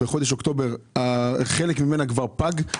בחודש אוקטובר חלק ממנה כבר פג.